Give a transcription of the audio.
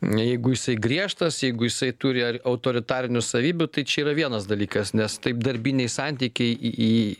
jeigu jisai griežtas jeigu jisai turi ai autoritarinių savybių tai čia yra vienas dalykas nes taip darbiniai santykiai į į